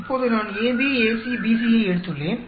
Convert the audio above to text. இப்போது நான் AB AC BC யை எடுத்துள்ளேன்